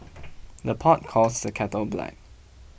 the pot calls the kettle black